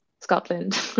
Scotland